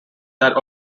that